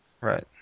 Right